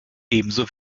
ebenso